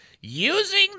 using